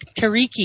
Kariki